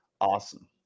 Awesome